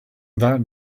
that